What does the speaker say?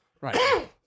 Right